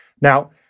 Now